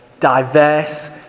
diverse